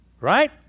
right